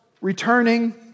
returning